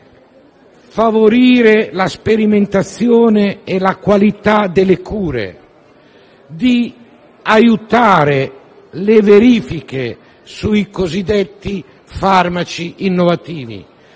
favorire la sperimentazione e la qualità delle cure, di aiutare le verifiche sui cosiddetti farmaci innovativi.